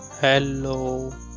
hello